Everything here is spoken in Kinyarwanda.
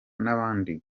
n’abandi